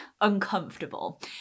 uncomfortable